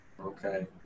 Okay